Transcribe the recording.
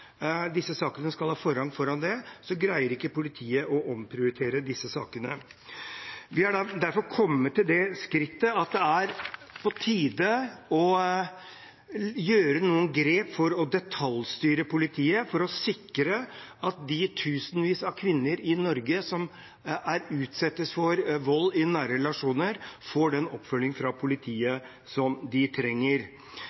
disse sakene. Vi har derfor kommet til at det er på tide å gjøre noen grep for å detaljstyre politiet for å sikre at de tusenvis av kvinner i Norge som utsettes for vold i nære relasjoner, får den oppfølgingen fra politiet